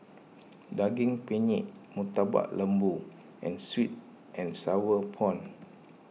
Daging Penyet Murtabak Lembu and Sweet and Sour Prawn